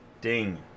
Ding